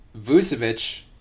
Vucevic